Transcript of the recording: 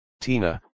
Tina